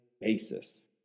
basis